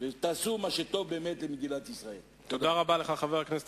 תהיו פה בובות קש,